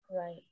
right